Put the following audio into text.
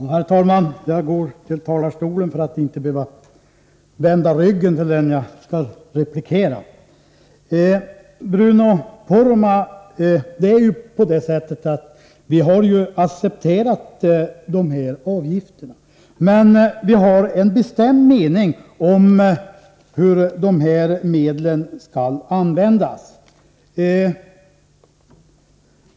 Herr talman! Jag går upp i talarstolen för att inte behöva vända ryggen åt den som jag skall replikera. Det är så, Bruno Poromaa, att vi har accepterat de aktuella avgifterna. Vi har dock en bestämd uppfattning om hur medlen skall användas.